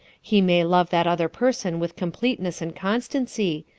he may love that other person with completeness and constancy,